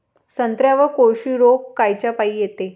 संत्र्यावर कोळशी रोग कायच्यापाई येते?